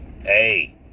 hey